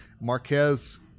Marquez